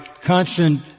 constant